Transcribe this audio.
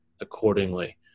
accordingly